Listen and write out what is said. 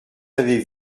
avaient